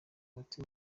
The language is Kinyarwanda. bahati